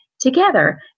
Together